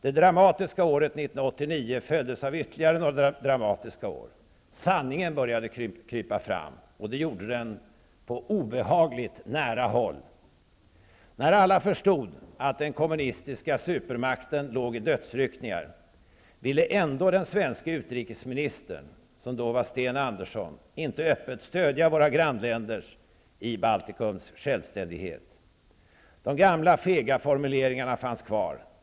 Det dramatiska året 1989 följdes av ytterligare några dramatiska år. Sanningen började krypa fram, och det gjorde den på obehagligt nära håll. När alla förstod att den kommunistiska supermakten låg i dödsryckningar ville ändå den dåvarande svenske utrikesministern, Sten Andersson, inte öppet stödja våra grannländers i Baltikum kamp för självständighet. De gamla, fega formuleringarna fanns kvar.